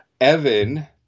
Evan